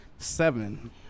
seven